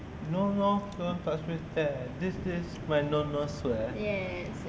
no no don't touch me there this is my no no square